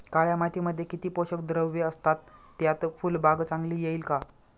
काळ्या मातीमध्ये किती पोषक द्रव्ये असतात, त्यात फुलबाग चांगली येईल का?